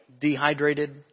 dehydrated